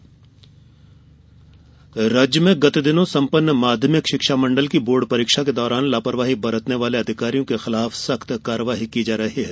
प्राचार्य नोटिस राज्य में गत दिनों संपन्न माध्यमिक शिक्षा मंडल की बोर्ड परीक्षा के दौरान लापरवाही बरतने वाले अधिकारियों के खिलाफ सख्त कार्यवाही की जा रही है